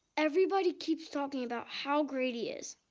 everybody keeps talking about how great he is,